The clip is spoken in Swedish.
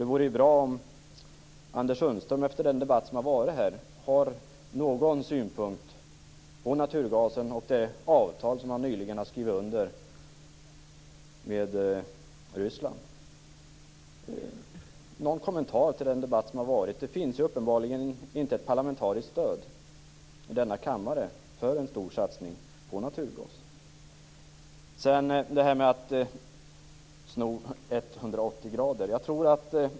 Det vore bra om Anders Sundström med tanke på dagens debatt har någon synpunkt på naturgasen och det avtal han nyligen skrivit under med Ryssland. Det finns uppenbarligen inte något parlamentariskt stöd för en stor satsning på naturgas. Sedan var det att sno runt 180 grader.